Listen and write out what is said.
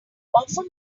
often